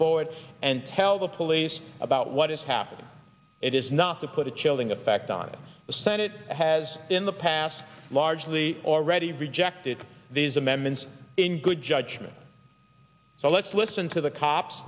forward and tell the police about what is happening it is not to put a chilling effect on this the senate has in the past largely already rejected these amendments in good judgment so let's listen to the cops